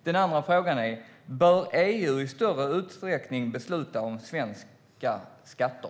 Den andra frågan är: Bör EU i större utsträckning besluta om svenska skatter?